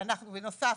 בנוסף,